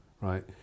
right